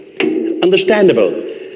understandable